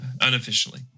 Unofficially